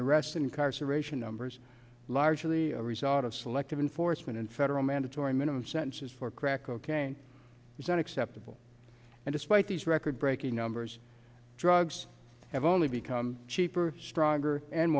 the rest incarceration numbers largely a result of selective enforcement and federal mandatory minimum sentences for crack cocaine is unacceptable and despite these record breaking numbers drugs have only become cheaper stronger and